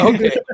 Okay